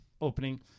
opening